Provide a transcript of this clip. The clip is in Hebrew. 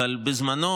אבל בזמנו,